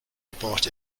report